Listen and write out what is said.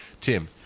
tim